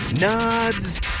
Nods